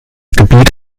gebiet